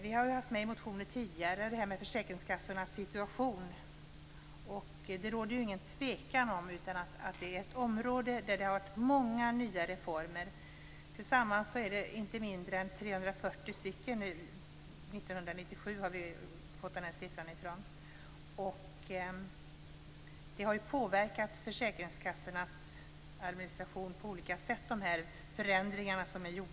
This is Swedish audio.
Vi har i motioner tidigare tagit upp försäkringskassornas situation. Och det råder ingen tvekan om att det är ett område där det har varit många nya reformer. Tillsammans är det inte mindre än 340. Den siffran är från 1997. Dessa förändringar har påverkat försäkringskassornas administration på olika sätt.